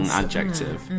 adjective